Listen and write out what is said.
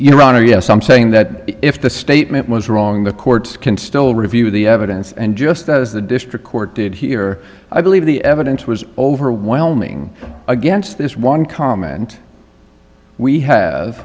honor yes i'm saying that if the statement was wrong the courts can still review the evidence and just as the district court did hear i believe the evidence was overwhelming against this one comment we have